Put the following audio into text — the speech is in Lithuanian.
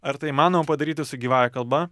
ar tai įmanoma padaryti su gyvąja kalba